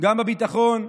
גם בביטחון,